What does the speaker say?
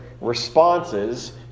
responses